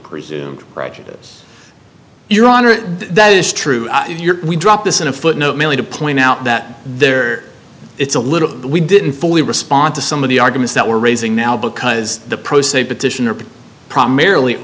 prejudice your honor that is true we drop this in a footnote merely to point out that there is a little we didn't fully respond to some of the arguments that were raising now because the process a petition of primarily